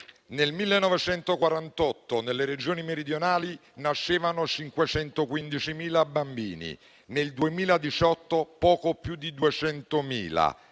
Nel 1948, nelle Regioni meridionali nascevano 515.000 bambini; nel 2018, poco più di 200.000: